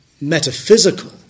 metaphysical